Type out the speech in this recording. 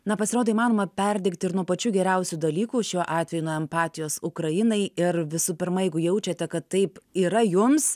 na pasirodo įmanoma perdegti ir nuo pačių geriausių dalykų šiuo atveju nuo empatijos ukrainai ir visų pirma jeigu jaučiate kad taip yra jums